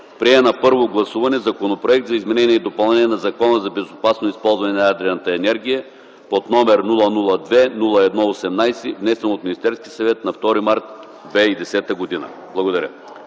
прие на първо гласуване Законопроект за изменение и допълнение на Закона за безопасно използване на ядрената енергия под № 002-01-18, внесен от Министерския съвет на 2 март 2010 г.” Благодаря.